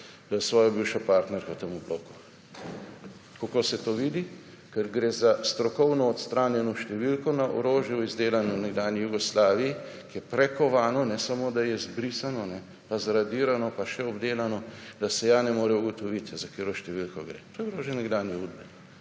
svojo bivšo partnerko tam v bloku. Kako se to vidi? Ker gre za strokovno odstranjeno številko na orožju, izdelano v nekdanji Jugoslaviji, ki je prekovano, ne samo, da je zbrisano, pa zradirano, pa še obdelano, da se ja ne more ugotoviti, za katero številko gre. To je orožje nekdanje